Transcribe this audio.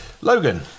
Logan